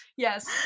Yes